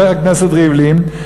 חבר הכנסת ריבלין,